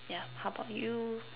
yeah how about you